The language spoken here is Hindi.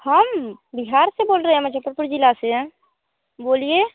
हम बिहार से बोल रहें मुज़फ़्फ़रपुर ज़िले से बोलिए